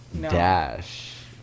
dash